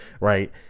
right